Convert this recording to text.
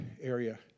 area